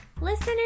Listener